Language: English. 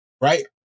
Right